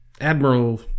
Admiral